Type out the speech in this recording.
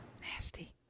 Nasty